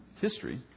history